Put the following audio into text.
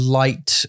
light